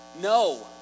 No